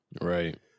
Right